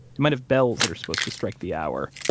it might have bells that are supposed to strike the hour,